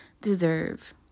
deserve